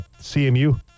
CMU